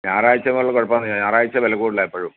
ഞായറാഴ്ചകളിൽ കുഴപ്പം ആണെന്നേ ഞായറാഴ്ച വില കൂടുതലാണ് എപ്പോഴും